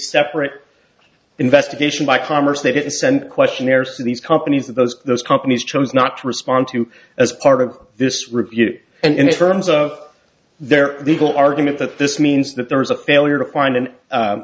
separate investigation by commerce they didn't send questionnaires to these companies that those those companies chose not to respond to as part of this review and terms of their legal argument that this means that there was a failure to find an